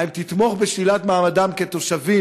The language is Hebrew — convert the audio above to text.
האם תתמוך בשלילת מעמדם כתושבי